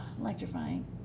electrifying